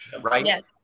right